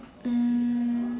um